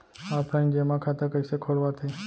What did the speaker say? Offline जेमा खाता कइसे खोलवाथे?